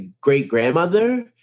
great-grandmother